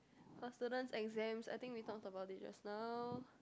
for students exams I think we talk about it just now